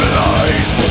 lies